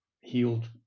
healed